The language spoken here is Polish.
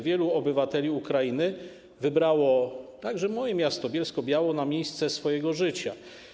Wielu obywateli Ukrainy wybrało także moje miasto, Bielsko-Białą, na miejsce swojego życia.